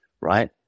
right